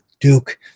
duke